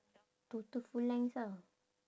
total full length ah